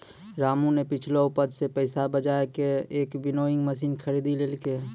रामू नॅ पिछलो उपज सॅ पैसा बजाय कॅ एक विनोइंग मशीन खरीदी लेलकै